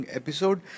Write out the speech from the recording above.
episode